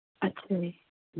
ਅੱਛਾ ਜੀ